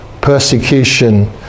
persecution